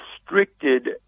restricted